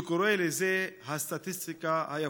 שקורא לזה "הסטטיסטיקה היפואית":